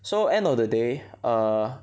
so end of the day err